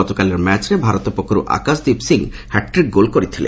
ଗତକାଲିର ମ୍ୟାଚ୍ରେ ଭାରତ ପକ୍ଷର୍ ଆକାଶଦୀପ ସିଂହ ହାଟ୍ରିକ୍ ଗୋଲ୍ କରିଥିଲେ